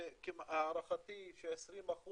להערכתי, ש-20%